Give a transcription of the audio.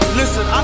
listen